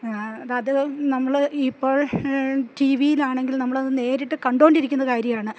അത് നമ്മളിപ്പോൾ ടി വിയിലാണെങ്കിൽ നമ്മളത് നേരിട്ട് കണ്ടുകൊണ്ടിരിക്കുന്ന കാര്യമാണ്